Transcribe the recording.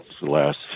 last